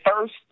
first